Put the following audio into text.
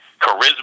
charisma